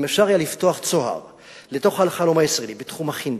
אם אפשר היה לפתוח צוהר לתוך החלום הישראלי בתחום החינוך,